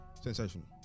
Sensational